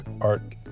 Art